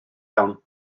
iawn